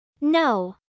No